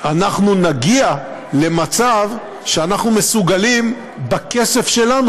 אנחנו נגיע למצב שאנחנו מסוגלים בכסף שלנו,